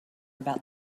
about